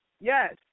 yes